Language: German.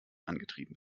angetrieben